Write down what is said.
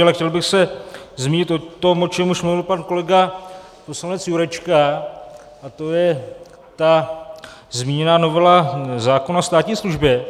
Ale chtěl bych se zmínit o tom, o čem už mluvil pan kolega poslanec Jurečka, to je ta zmíněná novela zákona o státní službě.